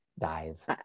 dive